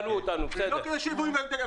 אני רוצה לשמוע חד וחלק.